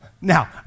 Now